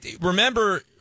Remember